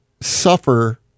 suffer